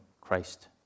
Christ